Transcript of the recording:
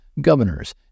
governors